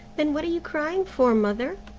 then what are you crying for, mother?